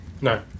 No